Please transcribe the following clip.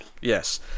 Yes